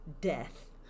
Death